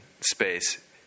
space